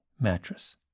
Mattress